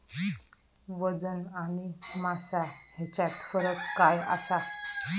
वजन आणि मास हेच्यात फरक काय आसा?